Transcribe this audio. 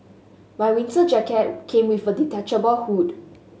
my winter jacket came with a detachable hood